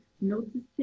Noticing